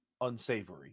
unsavory